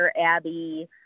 Abby